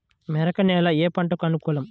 మెరక నేల ఏ పంటకు అనుకూలం?